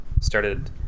started